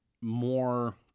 More